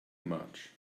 much